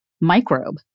microbe